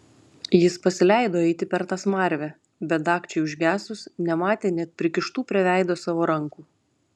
jis pasileido eiti per tą smarvę bet dagčiai užgesus nematė net prikištų prie veido savo rankų